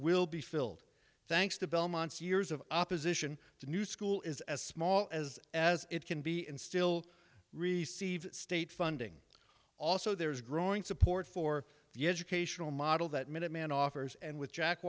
will be filled thanks to belmont's years of opposition to new school is as small as as it can be and still receive state funding also there is growing support for the educational model that minuteman offers and with jack